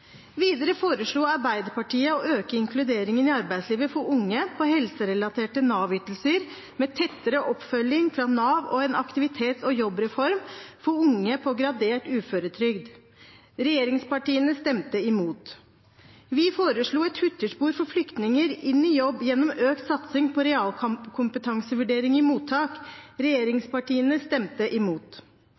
Videre foreslo Arbeiderpartiet å øke inkluderingen i arbeidslivet for unge på helserelaterte Nav-ytelser, med tettere oppfølging fra Nav og en aktivitets- og jobbreform for unge på gradert uføretrygd. Regjeringspartiene stemte imot. Vi foreslo et hurtigspor for flyktninger inn i jobb gjennom økt satsing på realkompetansevurdering i mottak. Regjeringspartiene stemte imot.